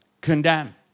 condemn